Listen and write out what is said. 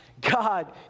God